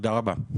תודה רבה.